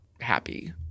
happy